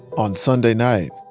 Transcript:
on sunday night,